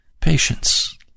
patience